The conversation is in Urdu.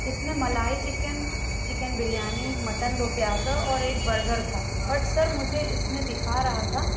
جس میں malai chicken chicken biryani mutton دو پیاز اور ایک برگر تھا بٹ سر مجھے اِس میں دکھا رہا تھا